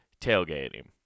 tailgating